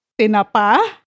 tinapa